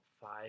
five